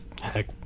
heck